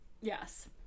Yes